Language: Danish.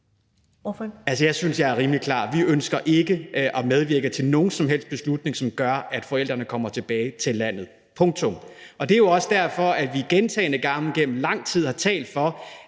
Jeg synes, jeg er rimelig klar: Vi ønsker ikke at medvirke til nogen som helst beslutning, som gør, at forældrene kommer tilbage til landet – punktum. Det er jo også derfor, at vi gentagne gange gennem lang tid har talt for,